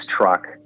truck